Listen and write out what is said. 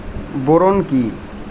Boron কি?